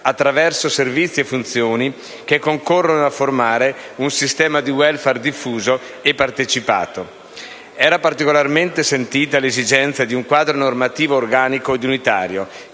attraverso servizi e funzioni, che concorrono a formare un sistema di *welfare* diffuso e partecipato. Era particolarmente sentita l'esigenza di un quadro normativo organico e unitario,